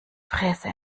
fräse